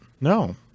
No